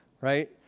right